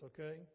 okay